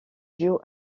duo